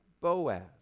Boaz